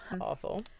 Awful